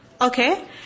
Okay